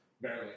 Barely